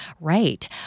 Right